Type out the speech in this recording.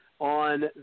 on